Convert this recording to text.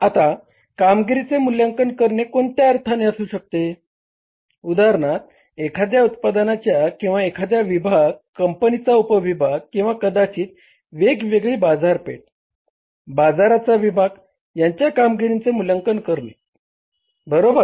आता कामगिरीचे मूल्यांकन करणे कोणत्याही अर्थाने असू शकते उदाहरणार्थ एखाद्या उत्पादनाच्या किंवा एखादा विभाग कंपनीचा उपविभाग किंवा कदाचित वेगवेगळी बाजारपेठ बाजाराचा विभाग यांच्या कामगिरीचे मूल्यांकन करणे बरोबर